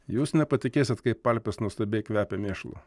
jūs nepatikėsit kaip alpės nuostabiai kvepia mėšlu